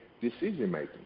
decision-making